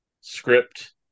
script